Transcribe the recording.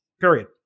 Period